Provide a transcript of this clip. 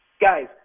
guys